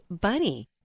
bunny